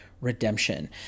redemption